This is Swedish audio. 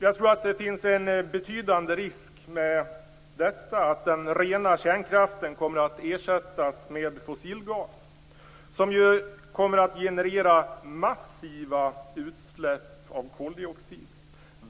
Jag tror att det finns en betydande risk med detta att den rena kärnkraften kommer att ersättas med fossilgas, som ju kommer att generera massiva utsläpp av koldioxid.